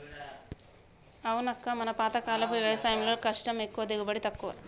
అవునక్క మన పాతకాలపు వ్యవసాయంలో కష్టం ఎక్కువ దిగుబడి తక్కువ